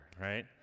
right